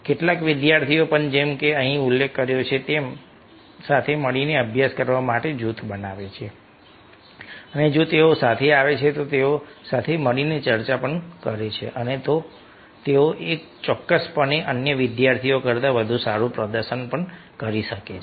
કેટલાક વિદ્યાર્થીઓ પણ જેમ કે અહીં ઉલ્લેખ કર્યો છે તે સાથે મળીને અભ્યાસ કરવા માટે એક જૂથ બનાવે છે અને જો તેઓ સાથે આવે છે તેઓ સાથે મળીને ચર્ચા કરે છે તો તેઓ ચોક્કસપણે અન્ય વિદ્યાર્થીઓ કરતાં વધુ સારું પ્રદર્શન કરી શકે છે